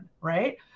right